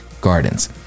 Gardens